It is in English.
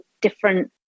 different